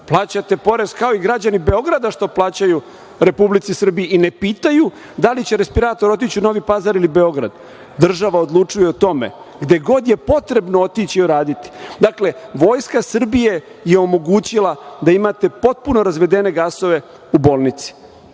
Plaćate porez kao i građani Beograda što plaćaju Republici Srbiji i ne pitaju da li će respirator otići u Novi Pazar ili Beograd. Država odlučuje o tome. Gde god je potrebno, otići i uraditi. Dakle, Vojska Srbija je omogućila da imate potpuno razvedene gasove u bolnici.